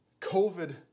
COVID